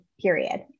period